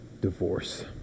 divorce